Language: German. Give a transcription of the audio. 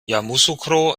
yamoussoukro